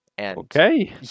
Okay